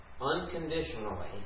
unconditionally